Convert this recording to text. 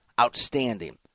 outstanding